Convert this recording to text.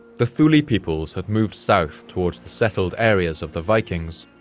the thuli peoples had moved south towards the settled areas of the vikings.